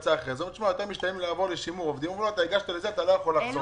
אומרים לו שהוא הגיש לזה והוא לא יכול לחזור.